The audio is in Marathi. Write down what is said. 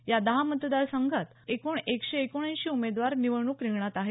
या दहा मतदार संघात एकूण एकशे एकोणऐंशी उमेदवार निवडणूक रिंगणात आहेत